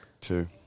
two